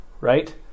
right